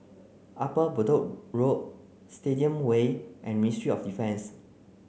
Upper Bedok Road Stadium Way and Ministry of Defence